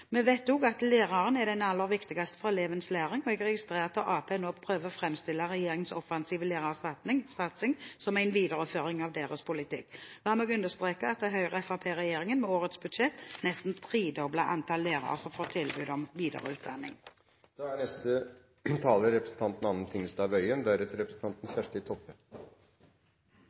Vi vet også at læreren er den aller viktigste for elevens læring. Jeg registrerer at Arbeiderpartiet nå prøver å framstille regjeringens offensive lærersatsing som en videreføring av deres politikk. La meg understreke at Høyre–Fremskrittsparti-regjeringen med årets budsjett nesten tredobler antallet lærere som får tilbud om videreutdanning.